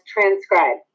transcribe